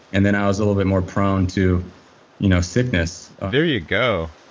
and then i was a little bit more prone to you know sickness ah there you go.